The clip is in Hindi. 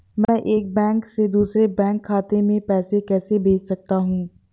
मैं एक बैंक से दूसरे बैंक खाते में पैसे कैसे भेज सकता हूँ?